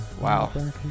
Wow